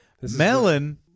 Melon